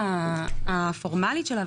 בדרך-כלל גם אם